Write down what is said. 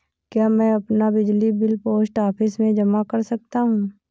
क्या मैं अपना बिजली बिल पोस्ट ऑफिस में जमा कर सकता हूँ?